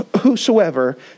whosoever